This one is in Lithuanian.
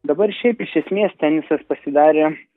dabar šiaip iš esmės tenisas pasidarė